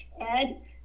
Ed